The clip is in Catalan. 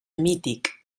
mític